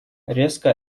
резко